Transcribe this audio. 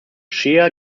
shea